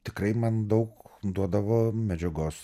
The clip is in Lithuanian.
tikrai man daug duodavo medžiagos